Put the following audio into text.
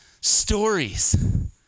stories